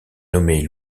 nommait